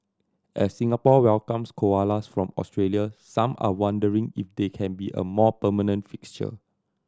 as Singapore welcomes koalas from Australia some are wondering if they can be a more permanent fixture